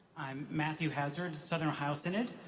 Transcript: i'm matthew hazzard, southern ohio synod,